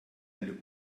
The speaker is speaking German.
eine